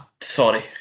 Sorry